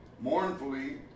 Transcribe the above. Mournfully